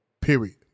period